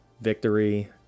victory